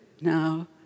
now